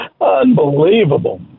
Unbelievable